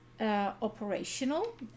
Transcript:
Operational